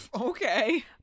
Okay